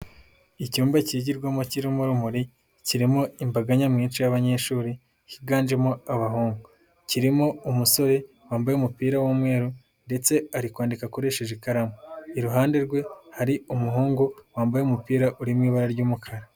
Icyumba kigirwamo kirimo urumuri, kirimo imbaga nyamwinshi y'abanyeshuri higanjemo abahungu, kirimo umusore wambaye umupira w'umweru, ndetse ari kwandika akoresheje ikaramu, iruhande rwe hari umuhungu wambaye umupira uri mu ibara ry'umukara.